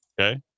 okay